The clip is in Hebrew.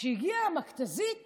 כשהגיעה המכת"זית